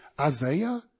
Isaiah